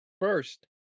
first